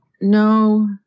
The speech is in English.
no